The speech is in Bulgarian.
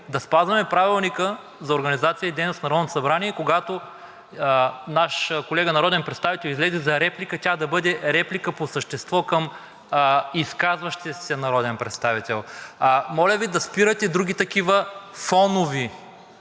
да спазваме Правилника за организацията и дейността на Народното събрание и когато колега народен представител излезе за реплика, тя да бъде реплика по същество към изказващия се народен представител. Моля Ви да спирате други такива фонови